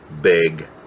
big